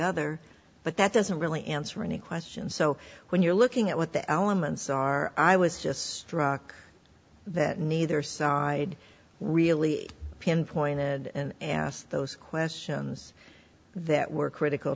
other but that doesn't really answer any questions so when you're looking at what the elements are i was just struck that neither side really pinpoint and asked those questions that were critical